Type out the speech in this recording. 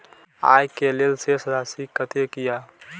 आय के लेल शेष राशि कतेक या?